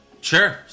Sure